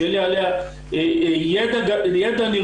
שיהיה לי עליה ידע נרחב,